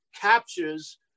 captures